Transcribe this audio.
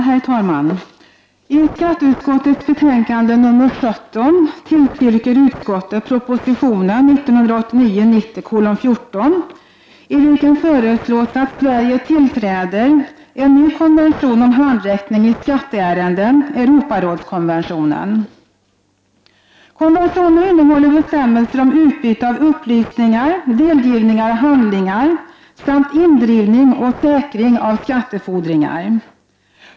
Herr talman! I skatteutskottets betänkande 17 tillstyrker utskottet proposition 1989/90:14, i vilken förelås att Sverige tillträder en ny konvention om handräckning i skatteärenden, Europarådskonventionen. Konventionen innehåller bestämmelser om utbyte av upplysningar, delgivning av handlingar samt indrivning och säkring av skattefordringar.